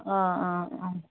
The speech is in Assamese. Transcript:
অ অ অ